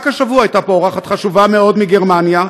רק השבוע הייתה פה אורחת חשובה מאוד מגרמניה,